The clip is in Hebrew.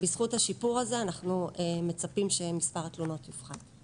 בזכות השיפור הזה אנחנו מצפים שמספר התלונות יפחת.